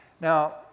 Now